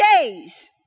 days